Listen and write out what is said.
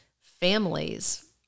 families